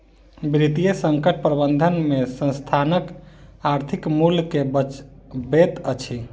वित्तीय संकट प्रबंधन में संस्थानक आर्थिक मूल्य के बचबैत अछि